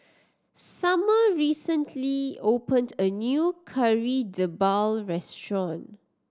somer recently opened a new Kari Debal restaurant